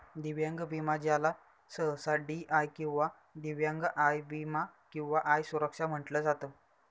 दिव्यांग विमा ज्याला सहसा डी.आय किंवा दिव्यांग आय विमा किंवा आय सुरक्षा म्हटलं जात